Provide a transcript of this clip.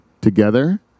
together